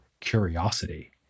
curiosity